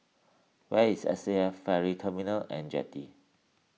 where is S C F Ferry Terminal and Jetty